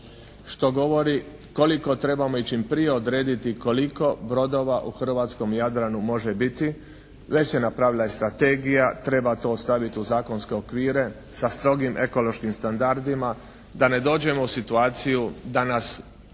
što govori koliko trebamo i čim prije odrediti koliko brodova u hrvatskom Jadranu može biti. Već se napravila i strategije. Treba to staviti u zakonske okvire sa strogim ekološkim standardima da ne dođemo u situaciju da nas brojnost